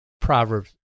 Proverbs